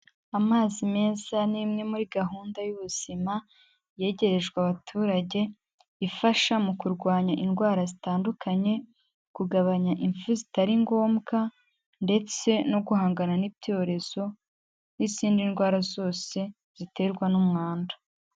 Amazi meza ni imwe muri gahunda y'ubuzima yegerejwe abaturage, ifasha mu kurwanya indwara zitandukanye, kugabanya impfu zitari ngombwa ndetse no guhangana n'ibyorezo n'izindi ndwara zose ziterwa n'umwanda.